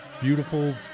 beautiful